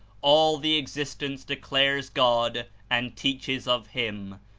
all the existence declares god and teaches of him,